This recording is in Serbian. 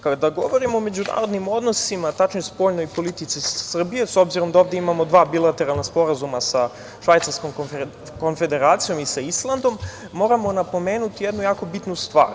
Kada govorimo o međunarodnim odnosima, tačnije spoljnoj politici Srbije, s obzirom da ovde imamo dva bilateralna sporazuma sa Švajcarskom Konfederacijom i sa Islandom, moramo napomenuti jednu jako bitnu stvar.